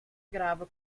grave